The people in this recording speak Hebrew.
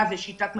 מה, זה שיטת מצליח?